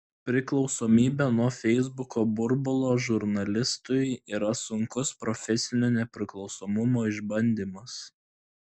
priklausomybė nuo feisbuko burbulo žurnalistui yra sunkus profesinio nepriklausomumo išbandymas